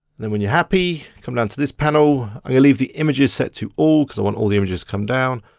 then when you're happy, come down to this panel. i'm gonna leave the images set to all, cause i want all the images to come down.